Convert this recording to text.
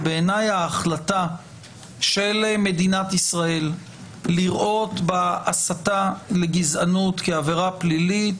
ובעיניי ההחלטה של מדינת ישראל לראות בהסתה לגזענות כעבירה פלילית,